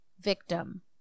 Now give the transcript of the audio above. Victim